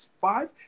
five